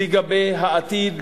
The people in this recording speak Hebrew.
לגבי העתיד,